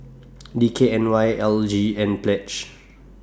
D K N Y L G and Pledge